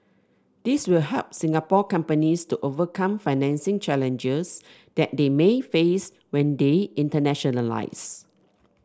these will help Singapore companies to overcome financing challenges that they may face when they internationalise